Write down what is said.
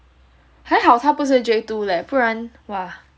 还好他不是 j two leh 不然 !wah!